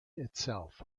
itself